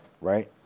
Right